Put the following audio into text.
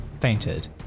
fainted